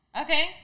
Okay